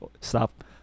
stop